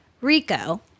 RICO